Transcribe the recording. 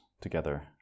together